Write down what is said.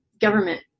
government